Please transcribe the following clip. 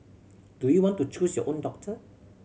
do you want to choose your own doctor